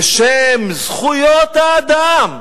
בשם זכויות האדם,